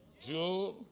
June